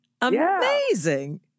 Amazing